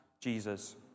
Jesus